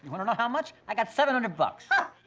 wanna know how much? i got seven hundred bucks.